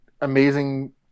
amazing